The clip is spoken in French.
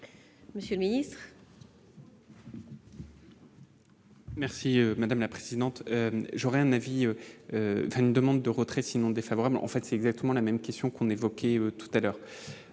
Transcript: Monsieur le Ministre. Merci madame la présidente j'aurais un avis, une demande de retrait sinon défavorable en fait c'est exactement la même question qu'on évoquait tout à l'heure,